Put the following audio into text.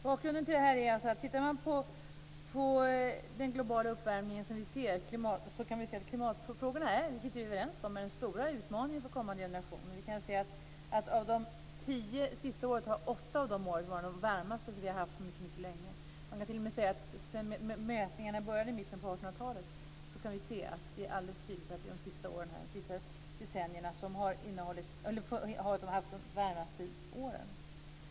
Bakgrunden till detta är den globala uppvärmningen. Vi ser att klimatfrågorna är, vilket vi är överens om, den stora utmaningen för kommande generationer. Vi kan se att åtta av de senaste tio åren varit de varmaste vi haft på mycket länge. Man kan t.o.m. säga att sedan mätningarna började i mitten av 1800 talet är det alldeles tydligt att de varmaste åren varit under de senaste decennierna.